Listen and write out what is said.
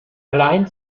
allein